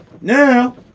Now